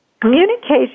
communication